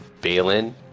Balin